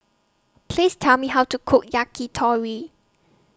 Please Tell Me How to Cook Yakitori